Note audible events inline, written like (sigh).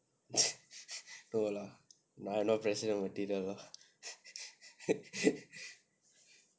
(laughs) no lah I'm no president material